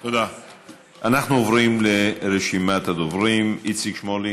אנחנו עוברים לרשימת הדוברים: איציק שמולי.